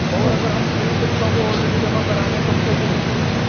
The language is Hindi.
और अगर हम तीन किश्तों को ऑलरेडी जमा करा दें तुमको जैसे तो